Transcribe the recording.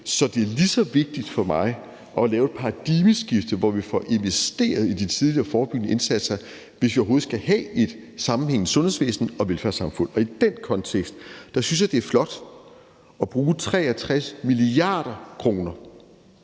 Så det er lige så vigtigt for mig at lave et paradigmeskifte, hvor vi får investeret i de tidlige og forebyggende indsatser, hvis vi overhovedet skal have et sammenhængende sundhedsvæsen og velfærdssamfund. I den kontekst synes jeg det er flot at bruge 63 mia. kr.